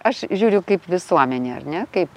aš žiūriu kaip visuomenė ar ne kaip